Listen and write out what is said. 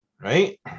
right